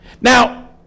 Now